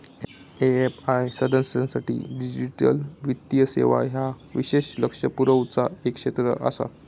AFI सदस्यांसाठी digital वित्तीय सेवा ह्या विशेष लक्ष पुरवचा एक क्षेत्र आसा